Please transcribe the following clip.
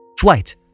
Flight